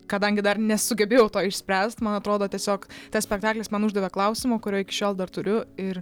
kadangi dar nesugebėjau to išspręst man atrodo tiesiog tas spektaklis man uždavė klausimą kurio iki šiol dar turiu ir